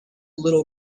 little